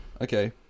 Okay